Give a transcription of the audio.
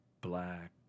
black